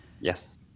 Yes